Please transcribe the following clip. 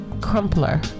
Crumpler